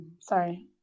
Sorry